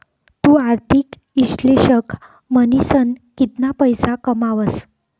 तु आर्थिक इश्लेषक म्हनीसन कितला पैसा कमावस